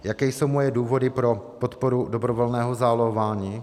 Jaké jsou moje důvody pro podporu dobrovolného zálohování?